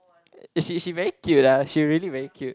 she she very cute ah she really very cute